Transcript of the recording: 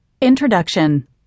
Introduction